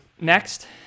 Next